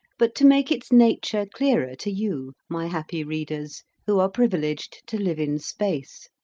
but to make its nature clearer to you, my happy readers, who are privileged to live in space.